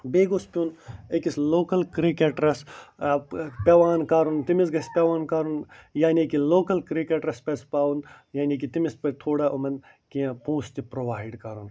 بیٚیہِ گوٚژھ پیٛون أکِس لوکل کِرکٹرس ٲں پیٚوان کَرُن تٔمِس گَژھہِ پیٚوان کَرُن یعنی کہِ لوکل کِرکٹرس پَزِ پاوُن یعنی کہِ تٔمِس تھوڑا یِمن کیٚنٛہہ پونٛسہٕ تہِ پرٛووایڈ کَرُن